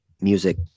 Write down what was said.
music